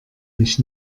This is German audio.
mich